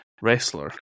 wrestler